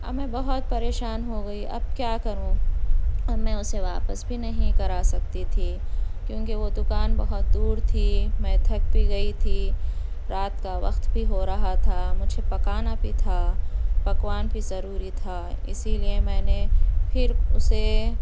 اب میں بہت پریشان ہوگئی اب کیا کروں اب میں اُسے واپس بھی نہیں کرا سکتی تھی کیونکہ وہ دُکان بہت دور تھی میں تھک بھی گئی تھی رات کا وقت بھی ہو رہا تھا مجھے پکانا بھی تھا پکوان بھی ضروری تھا اسی لئے میں نے پھر اُسے